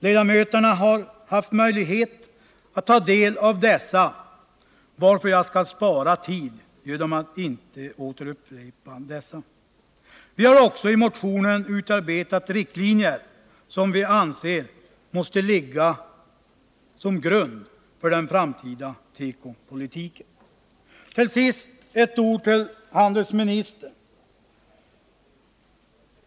Ledamöterna har haft möjlighet att ta del av dessa, varför jag kan spara tid genom att inte upprepa dem. Vi har också i motionen utarbetat riktlinjer som vi anser måste ligga som grund för den framtida tekopolitiken. Till sist ett par ord till handelsministern.